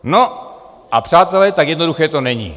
No a přátelé, tak jednoduché to není.